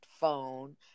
phone